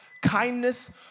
kindness